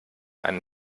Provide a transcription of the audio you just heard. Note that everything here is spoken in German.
einen